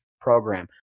program